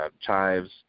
chives